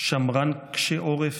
שמרן וקשה עורף.